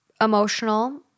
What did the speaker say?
emotional